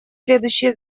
следующие